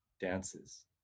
dances